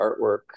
artwork